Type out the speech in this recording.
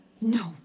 No